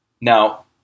Now